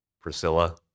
Priscilla